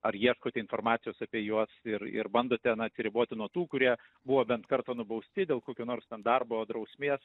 ar ieškote informacijos apie juos ir ir bandote na atsiriboti nuo tų kurie buvo bent kartą nubausti dėl kokio nors darbo drausmės